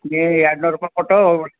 ನೀ ಎರಡು ನೂರು ರೂಪಾಯಿ ಕೊಟ್ಟು ಹೋಗ್ಬಿಡ್